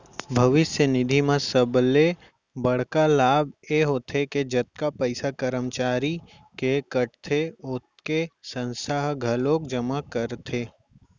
भविस्य निधि म सबले बड़का लाभ ए होथे के जतका पइसा करमचारी के कटथे ओतके संस्था ह घलोक जमा करथे